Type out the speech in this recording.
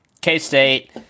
K-State